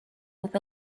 with